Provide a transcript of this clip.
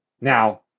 now